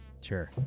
Sure